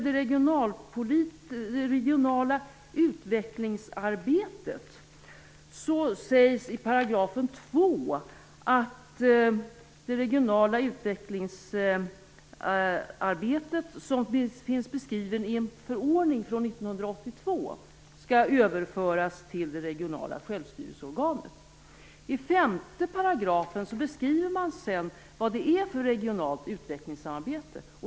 Det sägs i § 2 att det regionala utvecklingsarbetet, som finns beskrivet i en förordning från 1982, skall överföras till det regionala självstyrelseorganet. I 5 § beskriver man sedan vad det är för regionalt utvecklingssamarbete.